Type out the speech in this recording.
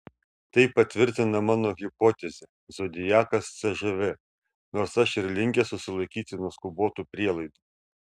tai patvirtina mano hipotezę zodiakas cžv nors aš ir linkęs susilaikyti nuo skubotų prielaidų